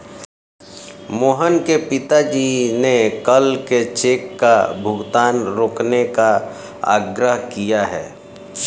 मोहन के पिताजी ने कल के चेक का भुगतान रोकने का आग्रह किए हैं